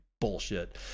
Bullshit